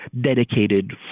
dedicated